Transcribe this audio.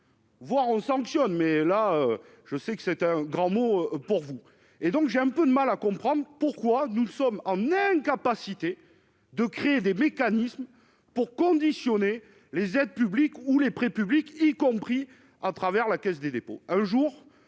Voir on sanctionne, mais là, je sais que c'est un grand mot pour vous et donc j'ai un peu de mal à comprendre pourquoi nous sommes en incapacité de créer des mécanismes pour conditionner les aides publiques ou les prêts publics, y compris à travers la Caisse des dépôts,